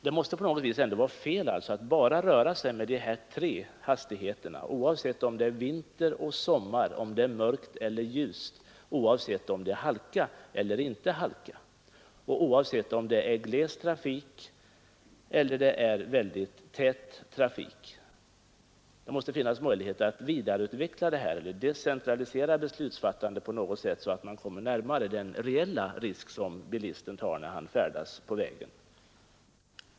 Det måste vara fel att bara röra sig med dessa tre hastigheter, oavsett om det är vinter eller sommar, mörkt eller ljust, halka eller inte, och oavsett om det är gles trafik eller mycket tät trafik. Det måste i stället finnas möjligheter att vidareutveckla detta och decentralisera beslutsfattandet, så att besluten mera grundas på den reella risk bilisten tar när han färdas på vägen.